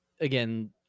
again